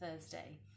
Thursday